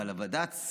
הבד"ץ